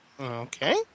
Okay